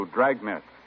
Dragnet